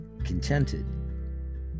Contented